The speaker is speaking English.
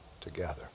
together